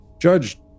Judge